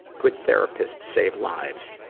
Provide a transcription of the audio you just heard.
good therapists save lives,